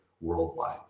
worldwide